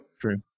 True